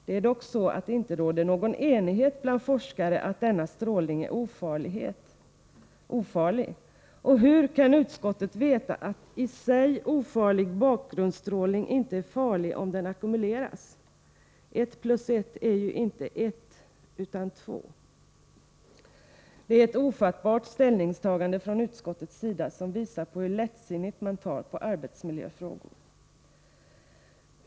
Det är dock så att det inte råder någon enighet bland forskare om att denna strålning är ofarlig. Hur kan utskottet veta att i sig ofarlig bakgrundsstrålning inte är farlig om den ackumuleras? Ett plus ett är ju inte ett, utan två! Det är ett ofattbart ställningstagande från utskottets sida som visar hur lättsinnigt man tar på arbetsmiljöfrågor.